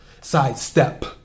sidestep